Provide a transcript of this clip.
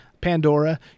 Pandora